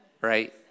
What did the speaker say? Right